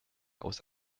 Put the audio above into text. aus